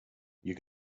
you